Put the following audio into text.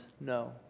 No